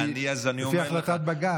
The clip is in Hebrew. לפי החלטת בג"ץ.